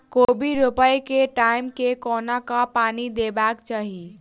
कोबी रोपय केँ टायम मे कोना कऽ पानि देबाक चही?